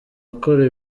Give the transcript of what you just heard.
akora